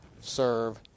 serve